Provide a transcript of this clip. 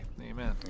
Amen